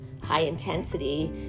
high-intensity